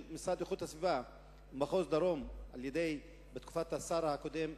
הדוח של המשרד להגנת הסביבה מחוז דרום בתקופת השר הקודם,